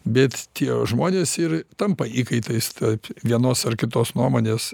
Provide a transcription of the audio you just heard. bet tie žmonės ir tampa įkaitais taip vienos ar kitos nuomonės